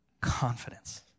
Confidence